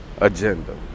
agenda